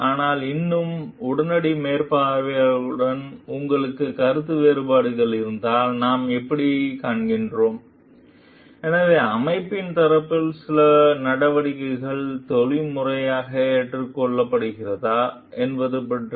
ஆனால் இன்னும் உடனடி மேற்பார்வையாளருடன் உங்களுக்கு கருத்து வேறுபாடு இருந்தால் நாம் எப்படிக் காண்கிறோம் எனவே அமைப்பின் தரப்பில் சில நடவடிக்கைகள் நெறிமுறையாக ஏற்றுக்கொள்ளப்படுகிறதா என்பது பற்றி